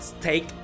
take